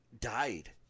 died